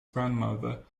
grandmother